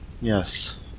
yes